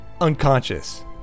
unconscious